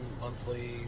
monthly